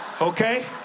okay